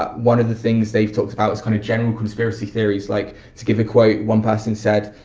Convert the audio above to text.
but one of the things they've talked about is kinda general conspiracy theories, like to give a quote, one person said,